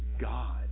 God